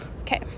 Okay